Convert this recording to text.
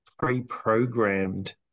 pre-programmed